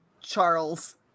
charles